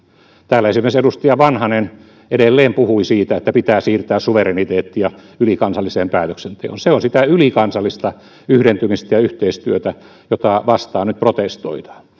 täällä esimerkiksi edustaja vanhanen edelleen puhui siitä että pitää siirtää suvereniteettia ylikansalliseen päätöksentekoon se on sitä ylikansallista yhdentymistä ja yhteistyötä jota vastaan nyt protestoidaan